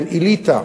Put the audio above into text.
כן, אליטה,